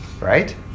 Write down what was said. Right